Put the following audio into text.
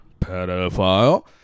Pedophile